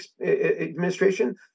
administration